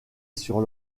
sur